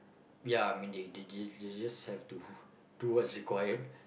ya I mean they they they just have to do what is required